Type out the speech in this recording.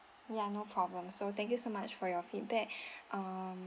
ya no problem so thank you so much for your feedback um